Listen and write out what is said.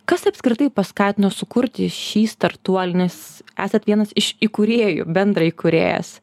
kas apskritai paskatino sukurti šį startuolį nes esat vienas iš įkūrėjų bendraįkūrėjas